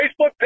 Facebook